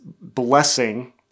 blessing